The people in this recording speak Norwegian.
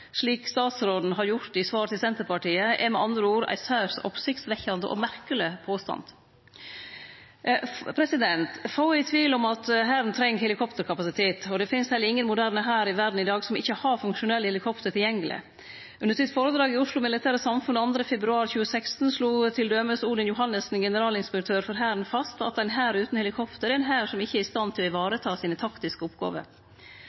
slik statsråden har gjort i svar til Senterpartiet, er med andre ord ein særs oppsiktsvekkjande og merkeleg påstand. Få er i tvil om at Hæren treng helikopterkapasitet. Det finst heller ingen moderne hær i verda i dag som ikkje har funksjonelle helikopter tilgjengelege. Under føredraget sitt i Oslo Militære Samfund 2. februar 2016 slo t.d. Odin Johannessen, generalinspektør i Hæren, fast: «En hær uten helikopter er en hær som ikke er i stand til å